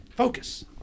Focus